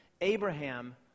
Abraham